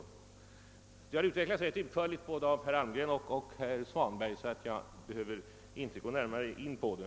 Detta har utvecklats ganska utförligt både av herr Almgren och herr Svanberg, och jag behöver därför inte gå närmare in därpå.